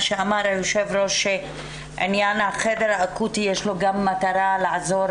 שאמר היו"ר שעניין החדר האקוטי יש לו גם מטרה לעזור